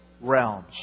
realms